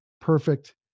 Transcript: perfect